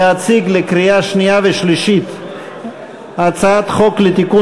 להציג לקריאה שנייה ושלישית את הצעת חוק לתיקון